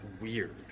weird